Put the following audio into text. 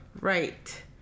Right